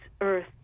Earth